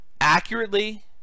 accurately